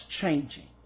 changing